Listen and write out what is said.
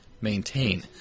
maintain